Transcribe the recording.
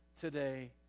today